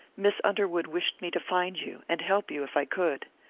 miss underwood wished me to find you, and help you, if i could.